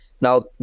now